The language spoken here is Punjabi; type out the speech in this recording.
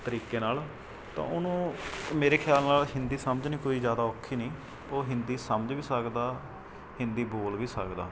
ਤਰੀਕੇ ਨਾਲ ਤਾਂ ਉਹਨੂੰ ਮੇਰੇ ਖਿਆਲ ਨਾਲ ਹਿੰਦੀ ਸਮਝਣੀ ਕੋਈ ਜ਼ਿਆਦਾ ਔਖੀ ਨਹੀਂ ਉਹ ਹਿੰਦੀ ਸਮਝ ਵੀ ਸਕਦਾ ਹਿੰਦੀ ਬੋਲ ਵੀ ਸਕਦਾ